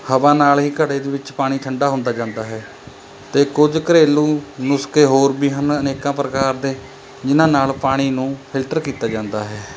ਹਵਾ ਨਾਲ ਹੀ ਘੜੇ ਦੇ ਵਿੱਚ ਪਾਣੀ ਠੰਡਾ ਹੁੰਦਾ ਜਾਂਦਾ ਹੈ ਅਤੇ ਕੁਝ ਘਰੇਲੂ ਨੁਸਖੇ ਹੋਰ ਵੀ ਹਨ ਅਨੇਕਾਂ ਪ੍ਰਕਾਰ ਦੇ ਜਿਨ੍ਹਾਂ ਨਾਲ ਪਾਣੀ ਨੂੰ ਫਿਲਟਰ ਕੀਤਾ ਜਾਂਦਾ ਹੈ